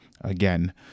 again